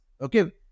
Okay